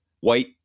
white